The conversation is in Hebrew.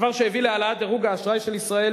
דבר שהביא להעלאת דירוג האשראי של ישראל,